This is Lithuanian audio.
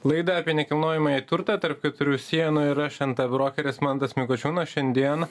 laida apie nekilnojamąjį turtą tarp keturių sienų ir aš nt brokeris mantas mikočiūnas šiandien